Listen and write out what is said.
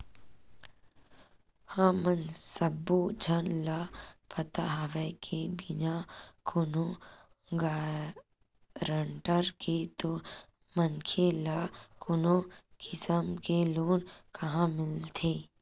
हमन सब्बो झन ल पता हवय के बिना कोनो गारंटर के तो मनखे ल कोनो किसम के लोन काँहा मिलथे